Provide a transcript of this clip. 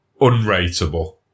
unrateable